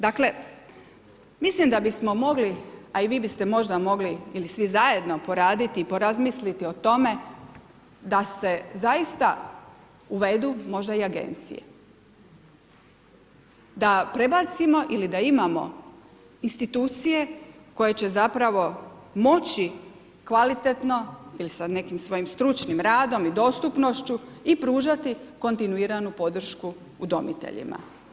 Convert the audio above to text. dakle mislim da bismo mogli a i vi biste možda mogli ili svi zajedno poraditi i porazmisliti o tome da se zaista uvedu možda i agencije, da prebacimo ili da imamo institucije koje će zapravo moći kvalitetno ili sa nekim svojim stručnim radom i dostupnošću i pružati kontinuiranu podršku udomiteljima.